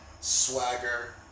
swagger